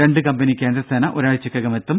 രണ്ട് കമ്പനി കേന്ദ്രസേന ഒരാഴ്ച്ചക്കകം എത്തും